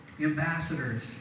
Ambassadors